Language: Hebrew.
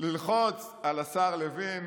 ללחוץ על השר לוין